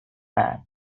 man